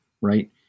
right